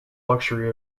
luxury